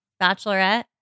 Bachelorette